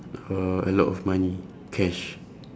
uh a lot of money cash